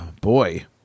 Boy